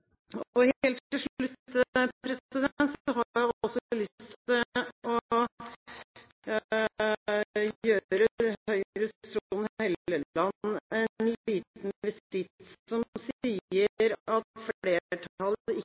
Helt til slutt har jeg også lyst til å gjøre Høyres Trond Helleland en liten visitt. Han sier at flertallet ikke